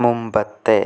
മുമ്പത്തെ